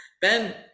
ben